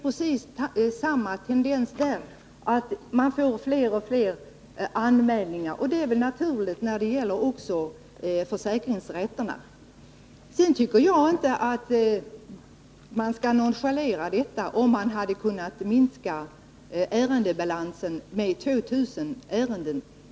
Precis samma tendens finns där — man får fler och fler anmälningar. Det är väl en naturlig utveckling också när det gäller försäkringsrätterna. Jag tycker inte att man skall nonchalera den förbättring som det skulle innebära, om ärendebalansen kunde minskas med 2 000 ärenden.